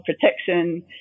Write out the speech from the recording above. protection